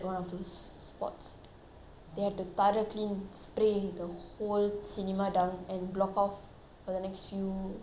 they had to thorough clean spray the whole cinema down and block off for the next few week days